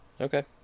Okay